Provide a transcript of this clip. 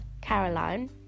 Caroline